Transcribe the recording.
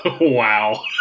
wow